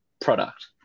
product